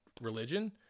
religion